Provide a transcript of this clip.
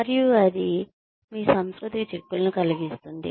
మరియు అది మీ సంతృప్తికి చిక్కులను కలిగిస్తుంది